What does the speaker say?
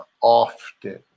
often